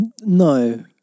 No